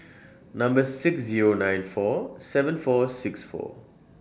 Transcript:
Number six Zero nine four seven four six four